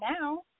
now